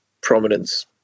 prominence